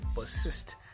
persist